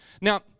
Now